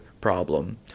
problem